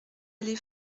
allée